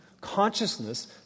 consciousness